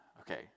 Okay